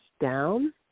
down